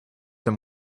them